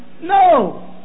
No